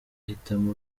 uhitamo